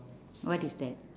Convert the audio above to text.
what is that